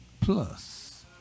plus